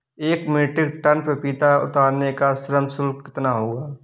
एक metric ton पपीता उतारने का श्रम शुल्क कितना होगा?